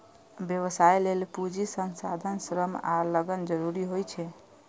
व्यवसाय लेल पूंजी, संसाधन, श्रम आ लगन जरूरी होइ छै